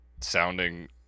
sounding